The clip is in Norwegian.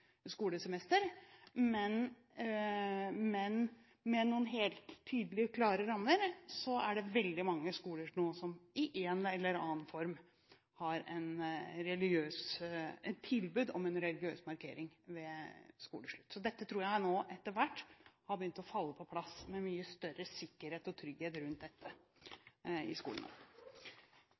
skolesemester. Med noen helt tydelige og klare rammer er det nå veldig mange skoler som har et tilbud om en religiøs markering i en eller annen form ved skoleslutt. Dette tror jeg nå etter hvert har begynt å falle på plass, slik at det er mye større sikkerhet og trygghet rundt det i skolen.